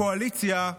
הקואליציה,